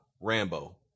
Rambo